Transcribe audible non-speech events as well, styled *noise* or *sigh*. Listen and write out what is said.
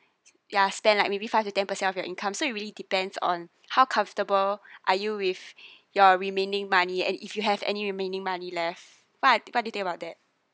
ya spend like maybe five to ten percent of your income so it really depends on how comfortable are you with *breath* your remaining money and if you have any remaining money left what what do you think about that